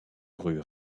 rue